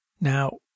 Now